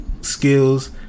skills